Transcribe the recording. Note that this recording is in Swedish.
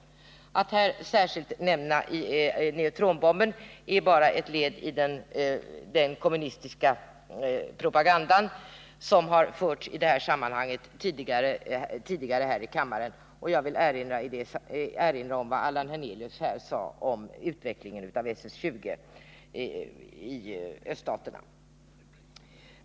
Att Oswald Söderqvist här särskilt nämner neutronbomben är bara ett led i den kommunistiska propaganda som tidigare har förts här i kammaren, och jag vill i det sammanhanget erinra om vad Allan Hernelius sade om utvecklingen av SS-20 i öststaterna.